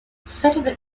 sediment